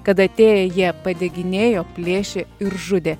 kad atėję jie padeginėjo plėšė ir žudė